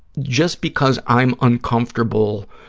just because i'm uncomfortable